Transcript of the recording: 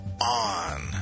on